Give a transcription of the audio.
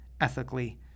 ethically